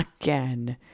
Again